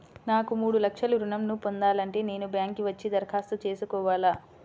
నాకు మూడు లక్షలు ఋణం ను పొందాలంటే నేను బ్యాంక్కి వచ్చి దరఖాస్తు చేసుకోవాలా?